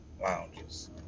lounges